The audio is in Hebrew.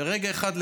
ורגע אחד,